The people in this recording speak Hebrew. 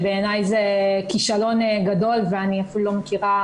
בעיניי זה כישלון גדול ואני אפילו לא מכירה